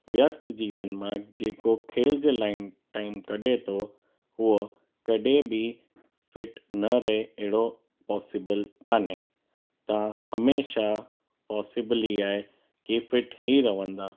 व्यस्थ जीवन मां जेको खेल जे लाइम टाइम कढे थो उहो कॾहिं बि फिट न रहे अहिड़ो पॉसिबल कोन्हे तव्हां हमेशह पॉसिबल ई आहे की फिट ई रहंदा